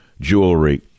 jewelry